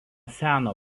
seno